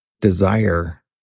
desire